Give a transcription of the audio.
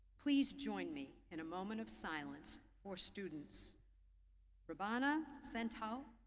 please join me in a moment of silence for students brivana santo,